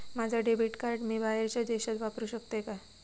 माझा debit card मी बाहेरच्या देशात वापरू शकतय काय?